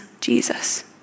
Jesus